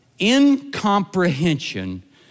Incomprehension